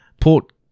Port